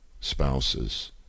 spouses